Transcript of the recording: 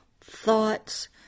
thoughts